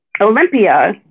Olympia